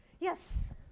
Yes